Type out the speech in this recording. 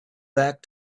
back